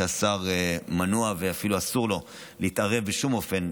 היא שהשר מנוע ואפילו אסור לו להתערב בשום אופן,